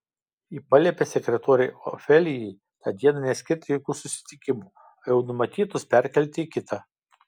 ji paliepė sekretorei ofelijai tą dieną neskirti jokių susitikimų o jau numatytus perkelti į kitą